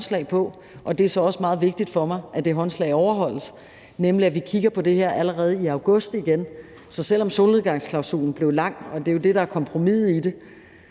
det er så også meget vigtigt for mig, at det håndslag overholdes – at vi kigger på det her allerede i august igen. Så selv om solnedgangsklausulen blev lang, og det er jo det, der er kompromiset i det,